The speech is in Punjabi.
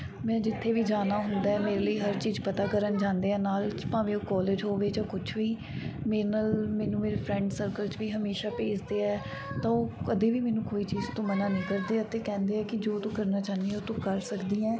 ਮੈਂ ਜਿੱਥੇ ਵੀ ਜਾਣਾ ਹੁੰਦਾ ਮੇਰੇ ਲਈ ਹਰ ਚੀਜ਼ ਪਤਾ ਕਰਨ ਜਾਂਦੇ ਆ ਨਾਲ ਭਾਵੇਂ ਉਹ ਕਾਲਜ ਹੋਵੇ ਜਾਂ ਕੁਛ ਵੀ ਮੇਰੇ ਨਾਲ ਮੈਨੂੰ ਮੇਰੇ ਫਰੈਂਡ ਸਰਕਲ 'ਚ ਵੀ ਹਮੇਸ਼ਾਂ ਭੇਜਦੇ ਆ ਤਾਂ ਉਹ ਕਦੇ ਵੀ ਮੈਨੂੰ ਕੋਈ ਚੀਜ਼ ਤੋਂ ਮਨ੍ਹਾ ਨਹੀਂ ਕਰਦੇ ਅਤੇ ਕਹਿੰਦੇ ਕਿ ਜੋ ਤੂੰ ਕਰਨਾ ਚਾਹੁੰਦੀ ਹੈ ਉਹ ਤੂੰ ਕਰ ਸਕਦੀ ਹੈ